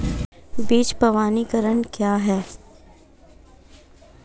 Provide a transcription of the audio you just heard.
बीज प्रमाणीकरण क्या है?